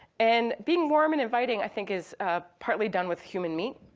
and being warm and inviting, i think, is ah partly done with human meet,